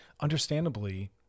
understandably